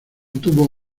tuvo